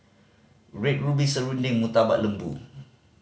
Red Ruby serunding Murtabak Lembu